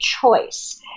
choice